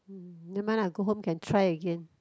mm never mind lah go home can try again